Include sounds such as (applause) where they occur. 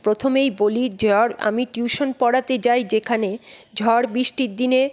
প্রথমেই বলি (unintelligible) আমি টিউশন পড়াতে যাই যেখানে ঝড় বৃষ্টির দিনে